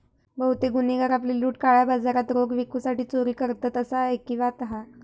बहुतेक गुन्हेगार आपली लूट काळ्या बाजारात रोख विकूसाठी चोरी करतत, असा ऐकिवात हा